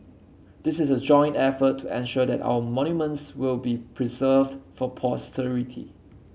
this is a joint effort to ensure that our monuments will be preserved for posterity